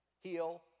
heal